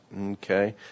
Okay